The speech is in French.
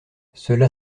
cela